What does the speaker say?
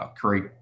create